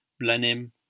Blenheim